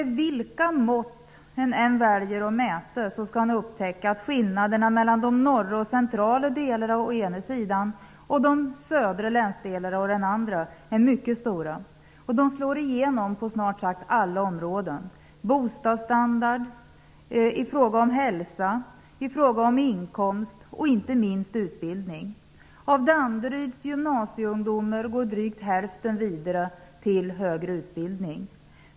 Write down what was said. Vilka mått man än väljer att mäta med, skall man upptäcka att skillnaderna mellan de norra och centrala delarna å ena sidan och de södra länsdelarna å den andra är mycket stora. De slår igenom på snart sagt alla områden: i fråga om bostadsstandard, hälsa, inkomst och inte minst utbildning. Av Danderyds gymnasieungdomar går drygt hälften vidare till högre utbildning.